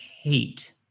hate